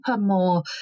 more